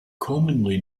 commonly